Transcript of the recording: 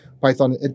Python